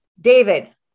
David